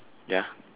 ya